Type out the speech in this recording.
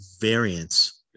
variance